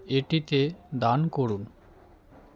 এটিতে দান করুন